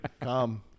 Come